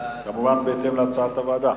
שנייה, כמובן בהתאם להצעת הוועדה.